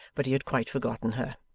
but he had quite forgotten her.